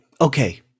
Okay